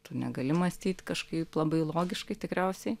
tu negali mąstyt kažkaip labai logiškai tikriausiai